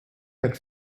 had